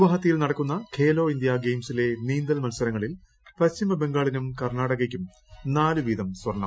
ഗുവാഹത്തിയിൽ നടക്കുന്ന ഖേലോ ഇന്ത്യാ ഗെയിംസിലെ നീന്തൽ മത്സരങ്ങളിൽ പശ്ചിമബംഗാളിനും കർണ്ണാടകയ്ക്കും നാല് വീതം സ്വർണ്ണം